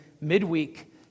midweek